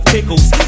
Pickles